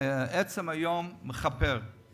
עצם היום מכפר.